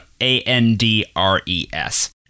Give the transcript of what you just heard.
A-N-D-R-E-S